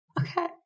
Okay